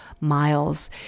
miles